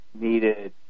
needed